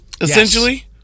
essentially